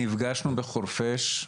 אנחנו נפגשנו בחורפיש.